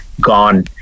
gone